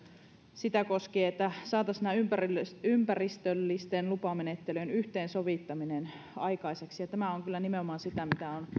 sitä koskien että saataisiin ympäristöllisten lupamenettelyjen yhteensovittaminen aikaiseksi tämä on kyllä nimenomaan sitä mitä on